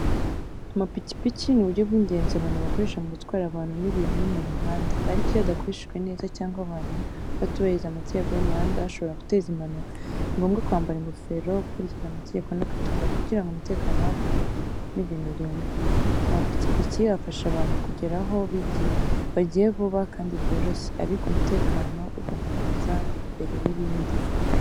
Amapikipiki ni uburyo bw’ingenzi abantu bakoresha mu gutwara abantu n’ibintu mu muhanda. Ariko, iyo adakoreshwa neza cyangwa abantu batubahiriza amategeko y’umuhanda, ashobora guteza impanuka. Ni ngombwa kwambara ingofero, gukurikiza amategeko no kwitonda kugira ngo umutekano w’abantu n’ibintu urindwe. Amapikipiki afasha abantu kugera aho bagiye vuba kandi byoroshye, ariko umutekano ugomba kuza mbere y’ibindi.